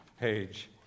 page